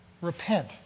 repent